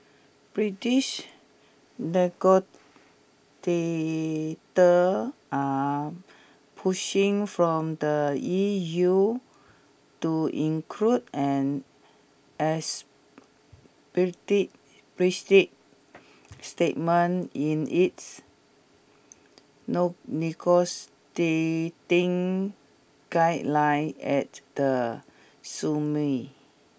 British negotiators are pushing from the E U to include an explicit statement in its negotiating guideline at the